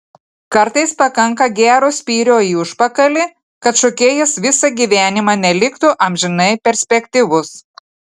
kartais pakanka gero spyrio į užpakalį kad šokėjas visą gyvenimą neliktų amžinai perspektyvus